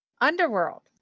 Underworld